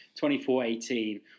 24-18